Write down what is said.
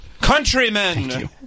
Countrymen